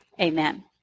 amen